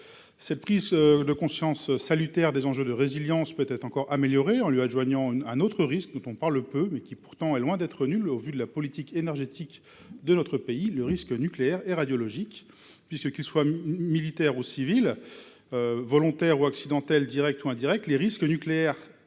Cette prise de conscience salutaire des enjeux de résilience peut être encore améliorée si on lui adjoint un autre risque, dont on parle peu, mais qui, pourtant, est loin d'être nul au vu de la politique énergétique de notre pays : le risque nucléaire et radiologique. Qu'ils soient militaires ou civils, volontaires ou accidentels, directs ou indirects, le risque nucléaire